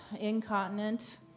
incontinent